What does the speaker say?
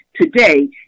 today